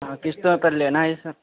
کس طرح کر لینا اِسے